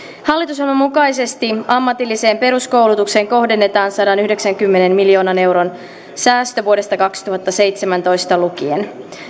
hallitusohjelman mukaisesti ammatilliseen peruskoulutukseen kohdennetaan sadanyhdeksänkymmenen miljoonan euron säästö vuodesta kaksituhattaseitsemäntoista lukien